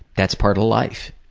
that's part of life.